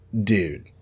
dude